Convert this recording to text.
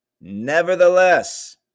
Nevertheless